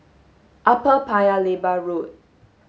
Upper Paya Lebar Road